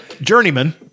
Journeyman